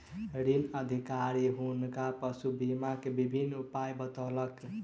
ऋण अधिकारी हुनका पशु बीमा के विभिन्न उपाय बतौलक